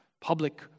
Public